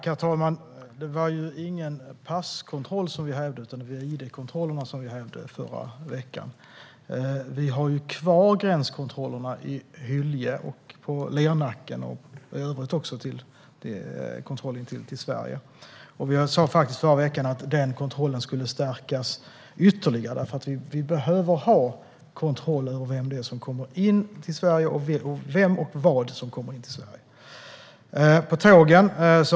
Herr talman! Det var ju inte passkontrollerna som hävdes, utan det var id-kontrollerna som vi hävde förra veckan. Gränskontrollerna är kvar i Hyllie och Lernacken och i övrigt vid inresa i Sverige. Förra veckan sa vi att den kontrollen skulle stärkas ytterligare. Det behövs kontroller av vem och vad som kommer in till Sverige.